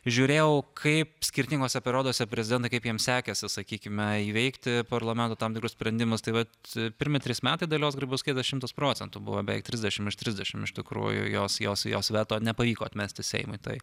žiūrėjau kaip skirtinguose perioduose prezidentai kaip jiems sekėsi sakykime įveikti parlamento tam tikrus sprendimus tai vat pirmi trys metai dalios grybauskaitės šimtas procentų buvo beveik trisdešimt iš trisdešimt iš tikrųjų jos jos jos veto nepavyko atmesti seimui tai